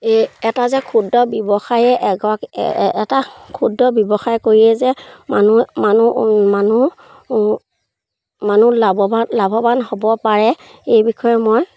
এই এটা যে ক্ষুদ্ৰ ব্যৱসায়ে এগৰাক এটা ক্ষুদ্ৰ ব্যৱসায় কৰিয়ে যে মানুহ মানুহ মানুহ মানুহ লাভৱান লাভৱান হ'ব পাৰে এই বিষয়ে মই